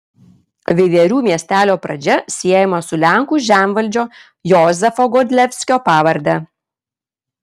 veiverių miestelio pradžia siejama su lenkų žemvaldžio jozefo godlevskio pavarde